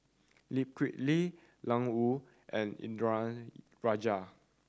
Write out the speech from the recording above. Lee Kip Lee Ian Woo and Indranee Rajah